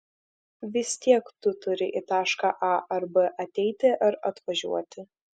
vis tiek tu turi į tašką a ar b ateiti ar atvažiuoti